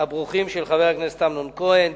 הברוכים של חבר הכנסת אמנון כהן.